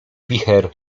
wicher